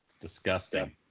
Disgusting